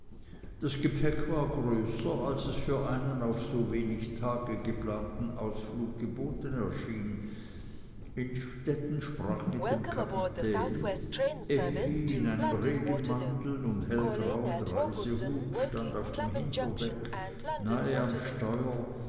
das gepäck war größer als es für einen auf so wenige tage geplanten ausflug geboten schien innstetten sprach mit dem kapitän effi in einem regenmantel und hellgrauem reisehut stand auf dem hinterdeck nahe am steuer